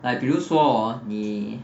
like 比如说 hor 你